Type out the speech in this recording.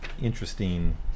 interesting